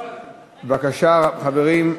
בבקשה, חברים.